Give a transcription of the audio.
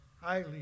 highly